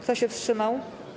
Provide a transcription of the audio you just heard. Kto się wstrzymał?